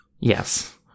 Yes